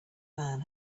man